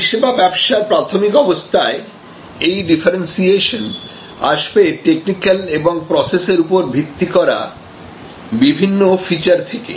পরিষেবা ব্যবসার প্রাথমিক অবস্থায় এই ডিফারেন্সিয়েশন আসবে টেকনিক্যাল এবং প্রসেস এর উপর ভিত্তি করা বিভিন্ন ফিচার থেকে